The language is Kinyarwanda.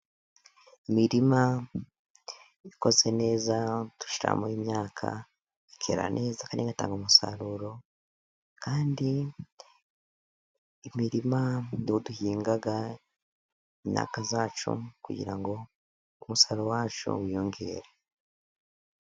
Imirima ikoze neza, dushyiramo imyaka, ikera neza, kandi igatanga umusaruro, kandi imirima mu rugo duhinga imyaka yacu, kugira ngo umusaruro wacu wiyongere.